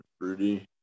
fruity